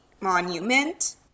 monument